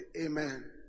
Amen